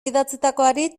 idatzitakoari